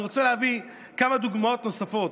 אני רוצה להביא כמה דוגמאות נוספות: